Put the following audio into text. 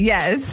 Yes